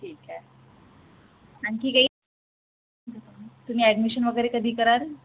ठीक आहे आणखी काही तुम्ही ॲडमिशन वगैरे कधी कराल